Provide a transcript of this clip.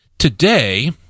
Today